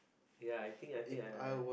ya I think I think I I